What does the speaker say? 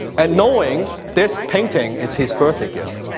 and knowing this painting is his birthday gift.